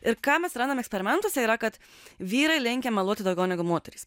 ir ką mes randam eksperimentuose yra kad vyrai linkę meluoti daugiau negu moterys